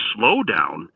slowdown